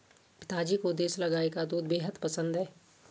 पिताजी को देसला गाय का दूध बेहद पसंद है